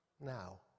now